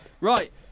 Right